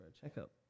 checkup